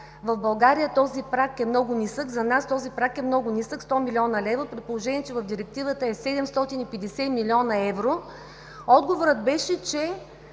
в България този праг е много нисък, за нас този праг е много нисък – 100 млн. лв., при положение че в Директивата е 750 млн. евро? Отговорът беше, че